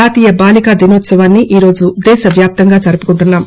జాతీయ బాలిక దినోత్పవాన్ని ఈరోజు దేశ వ్యాప్తంగా జరుపుకుంటున్నాం